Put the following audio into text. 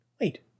wait